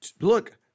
look